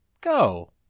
go